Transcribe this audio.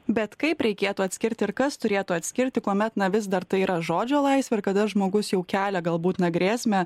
bet kaip reikėtų atskirti ir kas turėtų atskirti kuomet na vis dar tai yra žodžio laisvė ir kada žmogus jau kelia galbūt na grėsmę